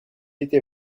était